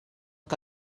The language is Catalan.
que